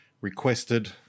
requested